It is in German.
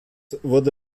wurde